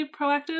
proactive